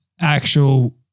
actual